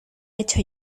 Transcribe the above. hecho